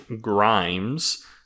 Grimes